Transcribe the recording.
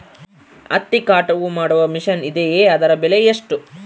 ಹತ್ತಿ ಕಟಾವು ಮಾಡುವ ಮಿಷನ್ ಇದೆಯೇ ಅದರ ಬೆಲೆ ಎಷ್ಟು?